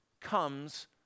comes